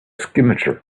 scimitar